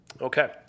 okay